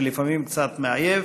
שלפעמים קצת מעייף,